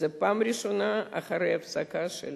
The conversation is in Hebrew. זאת פעם ראשונה, אחרי הפסקה של